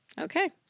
Okay